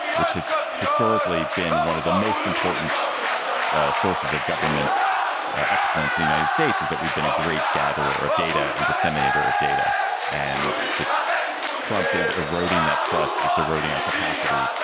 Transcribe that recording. which has historically been one of the most important sources of government excellence. the united states, is that we've been a great gatherer of data and disseminator of data and that trump is eroding that trust. it's eroding our capacity.